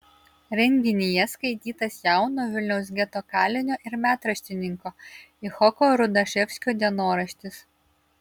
renginyje skaitytas jauno vilniaus geto kalinio ir metraštininko icchoko rudaševskio dienoraštis